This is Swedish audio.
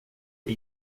det